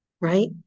right